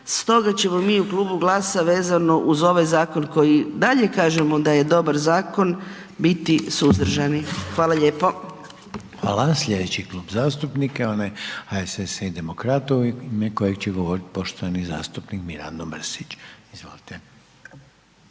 stoga ćemo mi u Klubu GLAS-a vezano uz ovaj zakon koji i dalje kažemo da je dobar zakon biti suzdržani. Hvala lijepo. **Reiner, Željko (HDZ)** Slijedeći Klub zastupnika je onaj HSS-a i Demokrata u ime kojeg će govoriti poštovani zastupnik Mirando Mrsić. Izvolite.